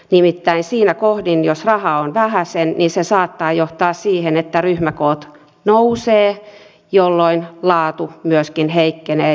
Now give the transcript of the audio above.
nimittäin siinä kohdin jos rahaa on vähäsen se saattaa johtaa siihen että ryhmäkoot kasvavat jolloin laatu myöskin heikkenee